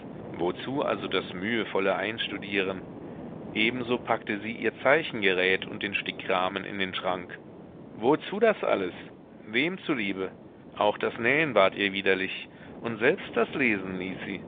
wozu also das mühevolle einstudieren ebenso packte sie ihr zeichengerät und den stickrahmen in den schrank wozu das alles wem zuliebe auch das nähen ward ihr widerlich und selbst das lesen ließ sie